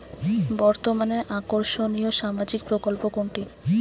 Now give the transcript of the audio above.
বর্তমানে আকর্ষনিয় সামাজিক প্রকল্প কোনটি?